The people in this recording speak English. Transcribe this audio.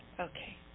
Okay